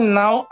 now